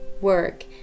work